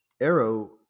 Arrow